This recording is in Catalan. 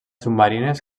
submarines